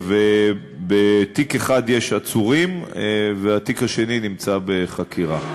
בתיק אחד יש עצורים והתיק השני נמצא בחקירה.